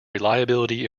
reliability